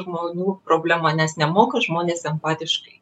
žmonų problema nes nemoka žmonės empatiškai